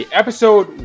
episode